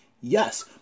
yes